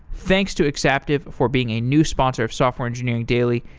thanks to exaptive for being a new sponsor of software engineering daily.